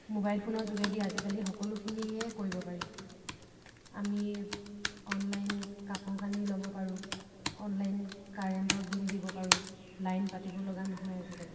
mobile ফোনৰ যোগেদি আজিকালি সকলোখিনিয়ে কৰিব পাৰি আমি অনলাইন কাপোৰ কানি ল'ব পাৰোঁ অনলাইন কাৰেণ্টৰ বিল দিব পাৰোঁ লাইন পাতিব ল'গা নহয় আজিকালি